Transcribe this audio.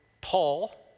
Paul